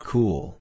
Cool